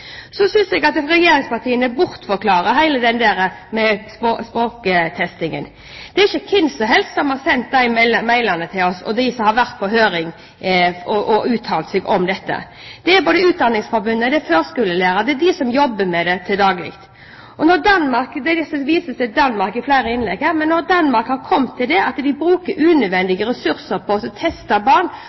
Så syns jeg at regjeringspartiene bortforklarer hele språktestingen. Det er ikke hvem som helst som har sendt e-post til oss, eller som har vært på høring og uttalt seg om dette. Det er både Utdanningsforbundet og førskolelærere – det er de som jobber med det til daglig. Det vises til Danmark i flere innlegg her. Når Danmark har kommet til at de bruker unødvendige ressurser på å teste barn